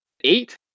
eight